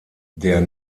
der